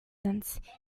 innocence